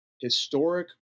historic